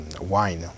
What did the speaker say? wine